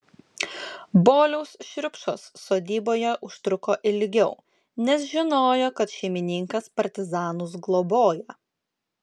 boliaus šriupšos sodyboje užtruko ilgiau nes žinojo kad šeimininkas partizanus globoja